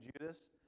Judas